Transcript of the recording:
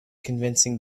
convincing